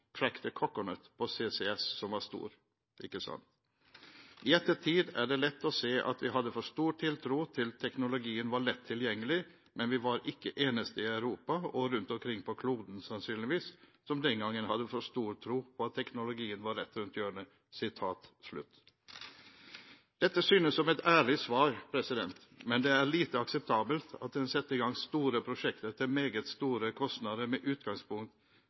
«crack the coconut» på CCS som var stor, ikke sant. I ettertid er det lett å se at vi hadde for stor tiltro til at teknologien var lett tilgjengelig, men vi var ikke de eneste i Europa og rundt omkring på kloden – sannsynligvis – som den gangen hadde for stor tro på at teknologien var rett rundt hjørnet.» Dette synes som et ærlig svar, men det er lite akseptabelt at en setter i gang store prosjekter til meget store kostnader med utgangspunkt